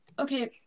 Okay